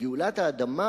וגאולת האדמה,